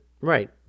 Right